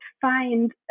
find